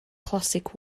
classic